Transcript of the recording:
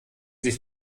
sich